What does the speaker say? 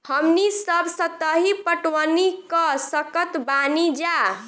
हमनी सब सतही पटवनी क सकतऽ बानी जा